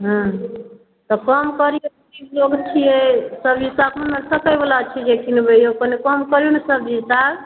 हाँ तऽ कम करिऔ गरीब लोक छिए सब्जी सबमे सकैवला छिए यौ जे किनबै यौ कनि कम करिऔ ने सब्जी साग